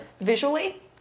visually